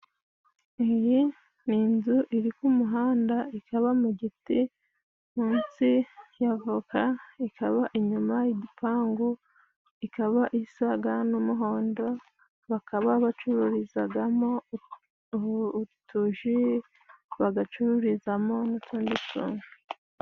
Iyi ni inzu iri ku muhanda. Ikaba mu giti munsi y'avoka ikaba inyuma y'igipangu, ikaba isaga n'umuhondo. Bakaba bacururizagamo utuji bagacururizamo n'utundi tuntu.